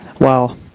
Wow